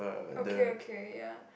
okay okay ya